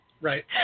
Right